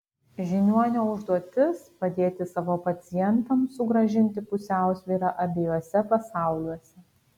žiniuonio užduotis padėti savo pacientams sugrąžinti pusiausvyrą abiejuose pasauliuose